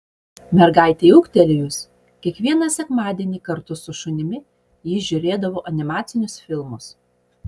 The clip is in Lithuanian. mergaitei ūgtelėjus kiekvieną sekmadienį kartu su šunimi ji žiūrėdavo animacinius filmus